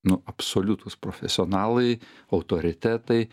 nu absoliutūs profesionalai autoritetai